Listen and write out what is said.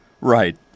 right